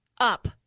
up